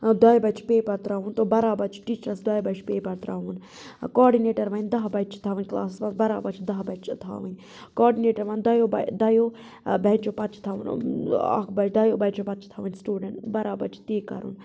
دۄیہ بَجہِ چھُ پیپَر تراوُن تہٕ بَرابَر چھُ ٹیچرَس دۄیہ بَجہِ پیپَر تراوُن کاڈنیٹَر وَنہِ دَہ بَچہِ چھِ تھاوٕنۍ کَلاسس منٛز بَرابَر چھِ دَہ بَچہِ تھاوٕنۍ کاڈنیٹَر وَنہِ دَیو دَیو بیٚنچو پَتہٕ چھُ تھاوُن اَکھ بَچہ دَیو بیٚنچو پَتہ چھ تھاوٕنۍ سِٹوڈَنٹ بَرابَر چھُ تی کَرُن